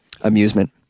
amusement